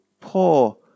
poor